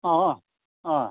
अँ अँ